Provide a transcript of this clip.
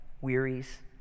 wearies